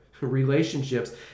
Relationships